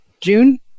June